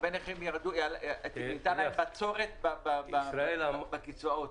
נכים הייתה בצורת בקצבאות.